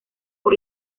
por